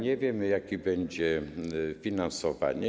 Nie wiemy, jakie będzie finansowanie.